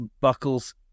buckles